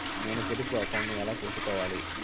నేను పొదుపు అకౌంటు ను ఎలా సేసుకోవాలి?